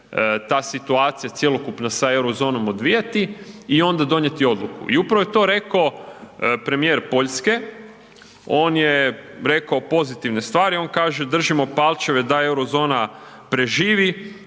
ta situacija cjelokupna se euro zonom odvijati i onda donijeti odluku. I upravo je to rekao premijer Poljske, on je rekao pozitivne stvari. On kaže držimo palčeve da euro zona preživi,